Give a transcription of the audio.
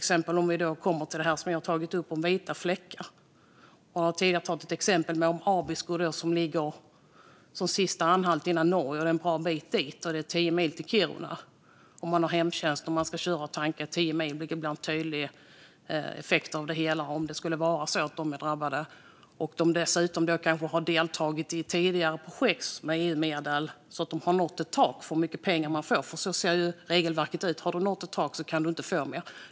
Det handlar till exempel om det jag har tagit upp när det gäller vita fläckar. Jag har tidigare tagit upp exemplet med Abisko, som ligger som sista anhalt före Norge. Det är en bra bit dit, och det är tio mil till Kiruna. För den som har hemtjänst och ska köra tio mil för att tanka blir effekten tydlig. Man kanske dessutom har deltagit i tidigare projekt med EU-medel och nått taket för hur mycket pengar man får. Så ser nämligen regelverket ut: Har du nått ett tak kan du inte få mer.